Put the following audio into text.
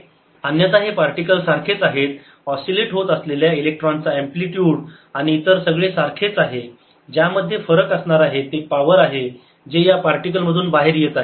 अन्यथा हे पार्टिकल सारखेच आहेत ऑस्सीलेट होत असलेल्या इलेक्ट्रॉनचा अँप्लिटयूड आणि इतर सगळे सारखेच आहे ज्या मध्ये फरक असणार आहे ते पावर आहे जे या पार्टिकल मधून बाहेर येत आहे